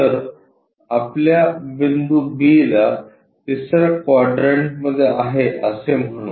तर आपल्या बिंदू b ला तिसर्या क्वाड्रंटमध्ये आहे असे म्हणू